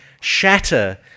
shatter